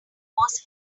was